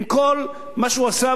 עם כל מה שהוא עשה,